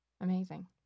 Amazing